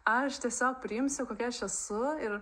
aš tiesiog priimsiu kokia aš esu ir